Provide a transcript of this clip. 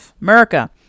America